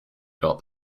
got